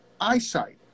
eyesight